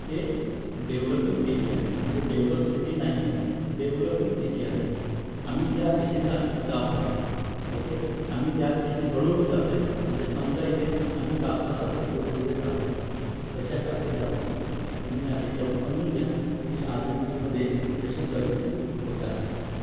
ते developing city आहे म्हणजे डेवलप सिटी नाही आहे डेवलपिंग सिटी आहे आम्ही त्या दिशेने आ जात आहे ओके आम्ही त्या दिशेने हळूहळू जात आहे म्हणजे समजा इथे आम्ही कासवासारखे पुढेपुढे जात आहे सशासारखे जात नाही आहे तुम्ही या याच्यावरून समजून घ्या की आर्वीमध्ये कशी प्रगती होत आहे